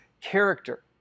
character